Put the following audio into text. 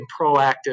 proactive